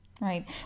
right